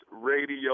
radio